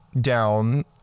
down